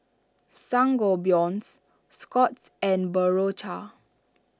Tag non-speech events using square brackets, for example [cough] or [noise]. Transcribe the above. Sangobion [noise] Scott's and Berocca